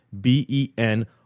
b-e-n